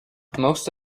most